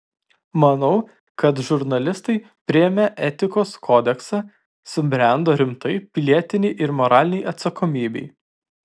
manau kad žurnalistai priėmę etikos kodeksą subrendo rimtai pilietinei ir moralinei atsakomybei